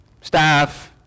staff